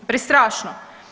Prestrašno.